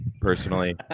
personally